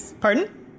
Pardon